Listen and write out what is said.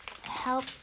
help